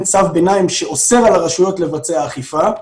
צו ביניים שאוסר על הרשויות לבצע אכיפה,